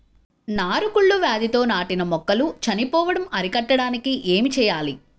నారు కుళ్ళు వ్యాధితో నాటిన మొక్కలు చనిపోవడం అరికట్టడానికి ఏమి చేయాలి?